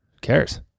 cares